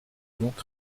donc